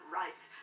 rights